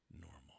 normal